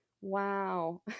wow